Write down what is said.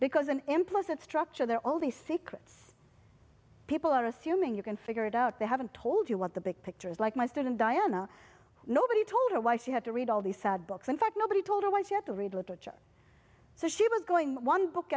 because an implicit structure there all the secrets people are assuming you can figure it out they haven't told you what the big picture is like my student diana nobody told her why she had to read all these sad books in fact nobody told her why she had to read literature so she was going one book